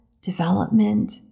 development